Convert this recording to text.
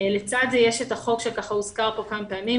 לצד זה יש את החוק שהוזכר פה כמה פעמים,